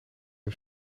hem